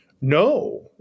No